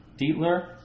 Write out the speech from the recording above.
Dietler